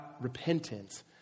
repentance